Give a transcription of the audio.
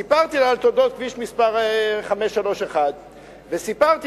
סיפרתי לו על תולדות כביש 531. סיפרתי